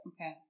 Okay